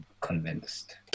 convinced